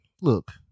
look